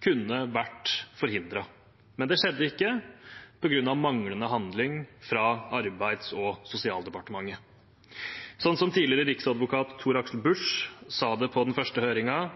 kunne vært forhindret, men det skjedde ikke på grunn av manglende handling fra Arbeids- og sosialdepartementet. Som tidligere riksadvokat Tor-Aksel Busch sa det på den første høringen: